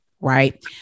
right